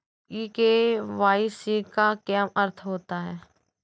ई KYC का क्या अर्थ होता है?